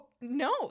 No